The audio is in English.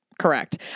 Correct